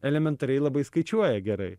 elementariai labai skaičiuoja gerai